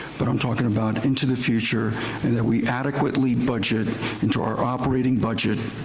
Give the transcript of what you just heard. but i'm talking about into the future and that we adequately budget into our operating budget,